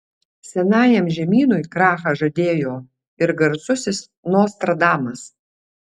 senajam žemynui krachą žadėjo ir garsusis nostradamas